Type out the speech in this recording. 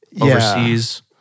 overseas